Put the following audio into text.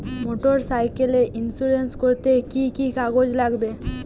Motorcycle insurance করতে কি কি কাগজ লাগবে?